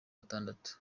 gatandatu